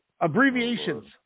Abbreviations